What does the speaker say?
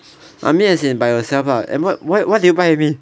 I mean as in by yourself lah and what why what did you buy with me